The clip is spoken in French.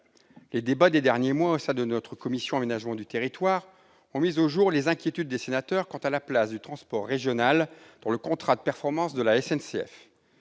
Les débats des derniers mois au sein de la commission de l'aménagement du territoire ont mis au jour les inquiétudes des sénateurs quant à la place du transport régional dans le contrat de performance de la SNCF.